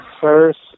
first